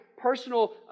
personal